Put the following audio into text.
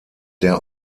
der